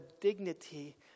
dignity